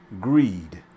greed